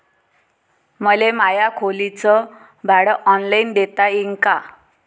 मले माया खोलीच भाड ऑनलाईन देता येईन का?